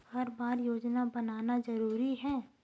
हर बार योजना बनाना जरूरी है?